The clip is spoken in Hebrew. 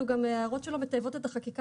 ההערות של איתי מטייבות את החקיקה